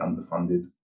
underfunded